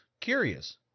curious